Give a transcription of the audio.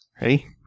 Ready